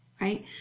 right